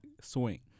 swing